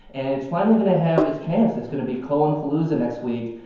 and it's finally going to have its chance. it's going to be cohen-palooza next week.